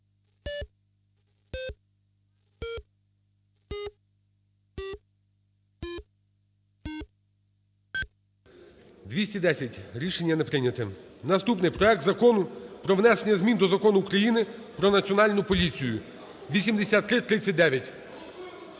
За-210 Рішення не прийняте. Наступний – проект Закону про внесення змін до Закону України "Про Національну поліцію" (8339).